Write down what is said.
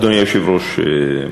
אדוני היושב-ראש,